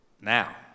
Now